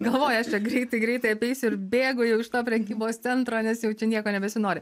galvoji aš čia greitai greitai apeisiu ir bėgu jau iš to prekybos centro nes jau čia nieko nebesinori